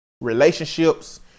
relationships